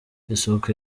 isuku